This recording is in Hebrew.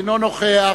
אינו נוכח,